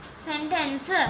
sentence